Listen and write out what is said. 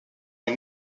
une